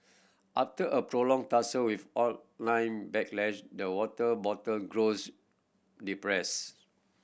after a prolonged tussle with online backlash the water bottle grows depress